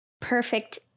perfect